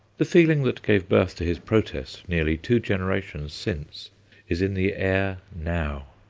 the feeling that gave birth to his protest nearly two generations since is in the air now.